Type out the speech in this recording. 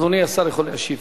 אדוני השר יכול להשיב.